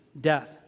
death